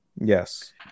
Yes